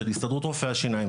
של הסתדרות רופאי השיניים,